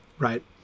Right